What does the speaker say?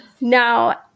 Now